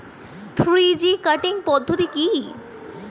Three G cutting পদ্ধতি কি?